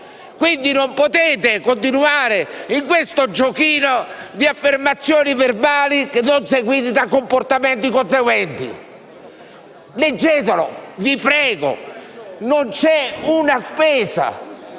quindi non potete continuare con questo giochino di affermazioni verbali non seguite da comportamenti conseguenti. Leggetelo, vi prego: non c'è una spesa!